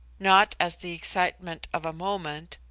not as the excitement of a moment,